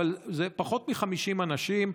אבל זה פחות מ-50 אנשים.